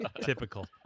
Typical